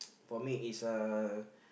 for me is uh